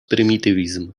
prymitywizm